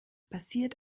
passiert